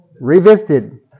revisited